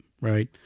right